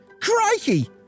Crikey